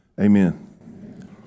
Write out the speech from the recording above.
Amen